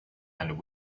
and